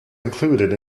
included